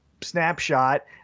snapshot